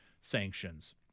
sanctions